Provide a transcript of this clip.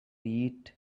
eat